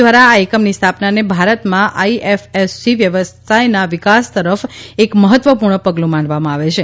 દ્વારા આ એકમની સ્થાપનાને ભારતમાં આઈએફએસસી વ્યવસાયના વિકાસ તરફ એક મહત્વપૂર્ણ પગલું માનવામાં આવે છે